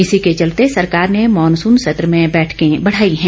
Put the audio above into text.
इसी के चलते सरकार ने मॉनसून सत्र में बैठके बढ़ाई हैं